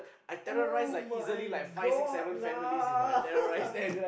[oh]-my-God lah